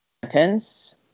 sentence